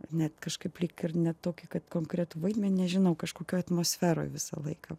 net kažkaip lyg ir ne tokį konkretų vaidmenį nežinau kažkokioj atmosferoj visą laiką